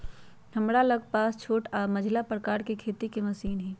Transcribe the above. हमरा लग पास छोट आऽ मझिला प्रकार के खेती के मशीन हई